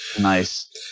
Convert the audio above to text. nice